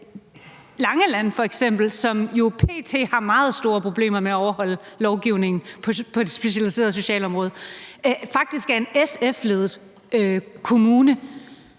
Langeland Kommune, som jo p.t. har meget store problemer med at overholde lovgivningen på det specialiserede socialområde, faktisk er en SF-ledet kommune.